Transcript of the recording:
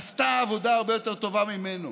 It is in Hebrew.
עשתה עבודה הרבה יותר טובה ממנו,